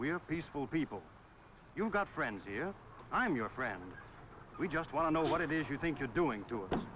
we're peaceful people you've got friends here i'm your friend we just want to know what you think you're doing to us